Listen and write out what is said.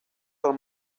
del